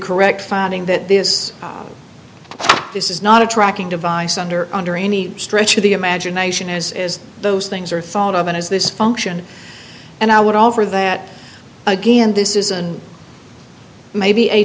correct finding that this this is not a tracking device under under any stretch of the imagination as those things are thought of as this function and i would offer that again this isn't maybe a